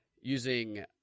using